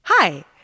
Hi